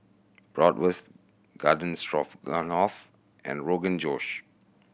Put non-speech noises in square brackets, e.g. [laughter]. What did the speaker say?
Bratwurst Garden [unintelligible] and Rogan Josh